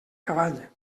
cavall